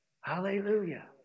Hallelujah